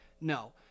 No